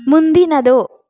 ಮುಂದಿನದು